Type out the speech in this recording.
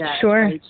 Sure